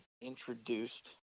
introduced